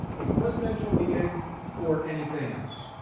a presidential meeting or anything else.